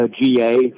GA